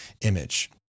image